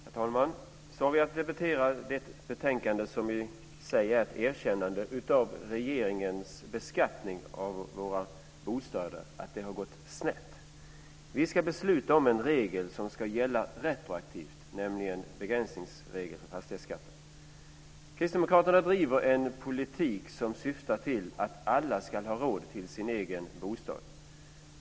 Herr talman! Så har vi att debattera ett betänkande som i sig är ett erkännande av att regeringens beskattning av våra bostäder har gått snett. Vi ska besluta om en regel som ska gälla retroaktivt, nämligen en begränsningsregel för fastighetsskatten. Kristdemokraterna driver en politik som syftar till att alla ska ha råd till sin egen bostad.